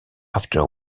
after